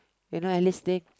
you know at least they